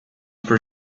per